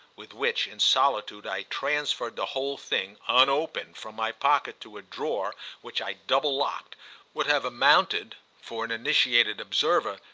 with which, in solitude, i transferred the whole thing, unopened, from my pocket to a drawer which i double-locked would have amounted, for an initiated observer,